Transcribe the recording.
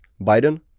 Biden